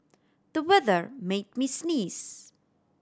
the weather made me sneeze